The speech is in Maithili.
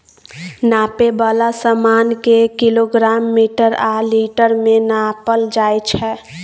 नापै बला समान केँ किलोग्राम, मीटर आ लीटर मे नापल जाइ छै